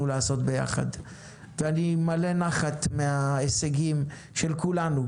לעשות ביחד ומלא נחת מההישגים של כולנו,